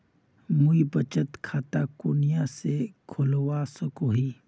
मुई बचत खता कुनियाँ से खोलवा सको ही?